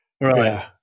Right